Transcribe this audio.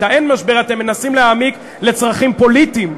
את האין-משבר אתם מנסים להעמיק לצרכים פוליטיים.